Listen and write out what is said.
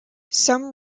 some